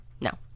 no